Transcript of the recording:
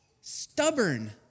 Stubborn